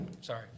sorry